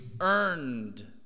earned